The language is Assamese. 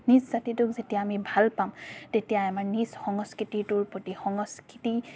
নিজ জাতিটোক যেতিয়া আমি ভাল পাম তেতিয়াই আমাৰ নিজ সংস্কৃতিটোৰ প্ৰতি সংস্কৃতি